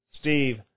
Steve